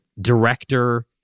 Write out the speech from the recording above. director